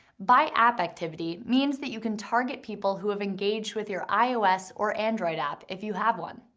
by app activity means that you can target people who have engaged with your ios or android app, if you have one.